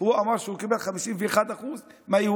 והוא אמר שהוא קיבל 51% מהיהודים.